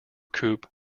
coupe